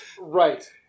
Right